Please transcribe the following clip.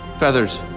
Feathers